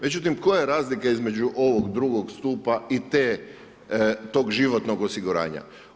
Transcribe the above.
Međutim, koja je razlika između ovog drugog stupa i tog životnog osiguranja?